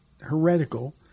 heretical